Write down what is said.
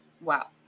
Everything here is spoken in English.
Wow